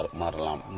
marlam